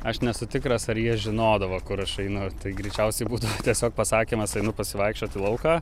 aš nesu tikras ar jie žinodavo kur aš einu ir tai greičiausiai būdavo tiesiog pasakymas einu pasivaikščiot į lauką